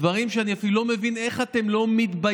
דברים שאני אפילו לא מבין, איך אתם לא מתביישים.